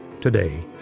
today